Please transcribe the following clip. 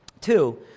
Two